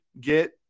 get